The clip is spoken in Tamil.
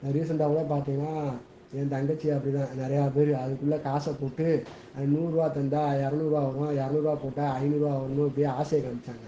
ரீசண்ட்டாக கூட பார்த்தீங்கனா என் தங்கச்சி அப்படி தான் நிறையா பேர் அதுக்குள்ளே காசைப் போட்டு நூறுபா தந்தால் இரநூறுவா வரும் இரநூறுவா போட்டால் ஐந்நூறுபா வரும்னு இப்படியே ஆசையைக் காமித்தாங்க